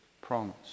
promise